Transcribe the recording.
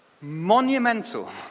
monumental